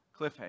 cliffhanger